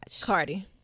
Cardi